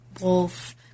wolf